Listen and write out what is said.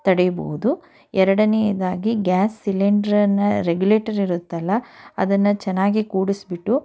ತಡಿಬಹುದು ಎರಡನೆಯದಾಗಿ ಗ್ಯಾಸ್ ಸಿಲಿಂಡರ್ನ ರೆಗ್ಯುಲೇಟರ್ ಇರುತ್ತಲ್ಲ ಅದನ್ನು ಚೆನ್ನಾಗಿ ಕೂಡಿಸಿಬಿಟ್ಟು